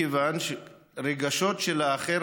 מכיוון שהרגשות של האחר,